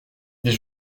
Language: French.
des